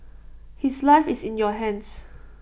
his life is in your hands